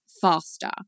faster